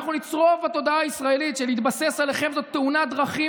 אנחנו נצרוב בתודעה הישראלית שלהתבסס עליכם זה תאונת דרכים